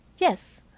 yes.